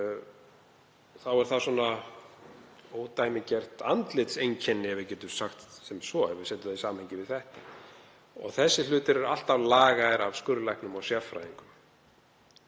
þá er það svona ódæmigert andlitseinkenni, ef við getum sagt sem svo, ef við setjum það í samhengi við þetta. Þeir hlutir eru alltaf lagaðir af skurðlæknum og sérfræðingum.